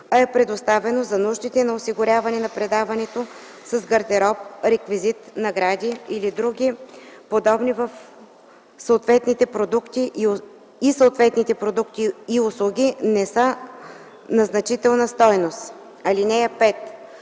а е предоставено за нуждите на осигуряване на предаването с гардероб, реквизит, награди или други подобни и съответните продукти и услуги не са на значителна стойност. (5)